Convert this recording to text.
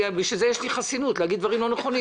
בשביל זה יש לי חסינות, להגיד דברים לא נכונים.